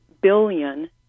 billion